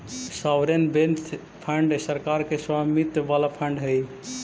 sovereign wealth fund सरकार के स्वामित्व वाला फंड हई